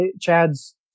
Chad's